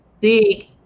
big